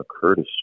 Curtis